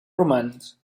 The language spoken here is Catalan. romans